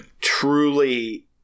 truly